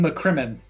McCrimmon